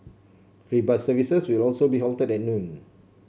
free bus services will also be halted at noon